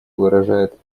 выражает